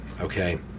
okay